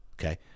Okay